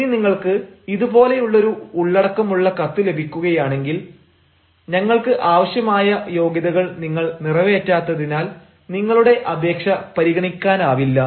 ഇനി നിങ്ങൾക്ക് ഇതു പോലെയുള്ളൊരു ഉള്ളടക്കമുള്ള കത്ത് ലഭിക്കുകയാണെങ്കിൽ 'ഞങ്ങൾക്ക് ആവശ്യമായ യോഗ്യതകൾ നിങ്ങൾ നിറവേറ്റാത്തതിനാൽ നിങ്ങളുടെ അപേക്ഷ പരിഗണിക്കാനാവില്ല